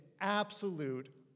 absolute